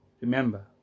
remember